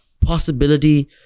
possibility